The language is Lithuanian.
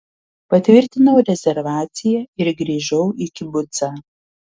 patvirtinau rezervaciją ir grįžau į kibucą